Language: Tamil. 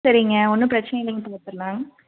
சரிங்க ஒன்றும் பிரச்சினையில்லைங்க பார்த்துக்கலாம்